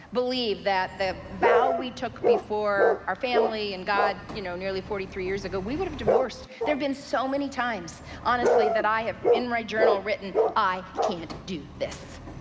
believe that vow we took before our family and god you know nearly forty three years ago, we would have divorced. there've been so many times, honestly, that i have in my journal written i can't do this.